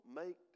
make